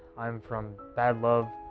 i am from bad love